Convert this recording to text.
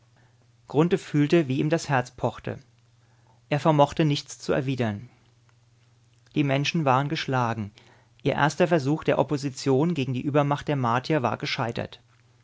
fühlte wie ihm das herz pochte er vermochte nichts zu erwidern die menschen waren geschlagen ihr erster versuch der opposition gegen die übermacht der martier war gescheitert